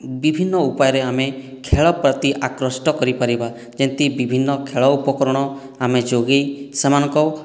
ବିଭିନ୍ନ ଉପାୟରେ ଆମେ ଖେଳ ପ୍ରତି ଆକୃଷ୍ଟ କରିପାରିବା ଯେମିତି ବିଭନ୍ନ ଖେଳ ଉପକରଣ ଆମେ ଯୋଗାଇ ସେମାନଙ୍କ